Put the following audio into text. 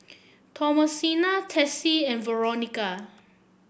Thomasina Tessie and Veronica